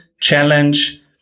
challenge